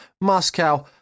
Moscow